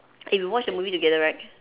hey we watched the movie together right